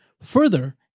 Further